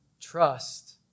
trust